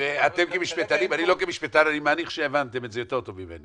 אתם כמשפטנים אני מניח שהבנתם את זה טוב יותר ממני.